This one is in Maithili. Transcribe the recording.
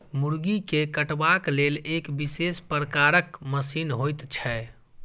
मुर्गी के कटबाक लेल एक विशेष प्रकारक मशीन होइत छै